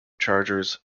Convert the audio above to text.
chargers